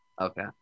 Okay